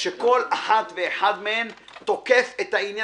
כאשר כל אחת ואחד מהם תוקף את העניין